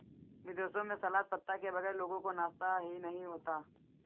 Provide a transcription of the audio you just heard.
विदेशों में सलाद पत्ता के बगैर लोगों का नाश्ता ही नहीं होता